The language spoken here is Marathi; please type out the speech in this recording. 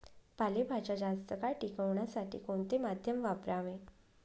पालेभाज्या जास्त काळ टिकवण्यासाठी कोणते माध्यम वापरावे?